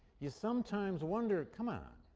you sometimes wonder, come on,